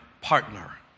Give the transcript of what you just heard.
partner